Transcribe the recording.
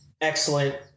Excellent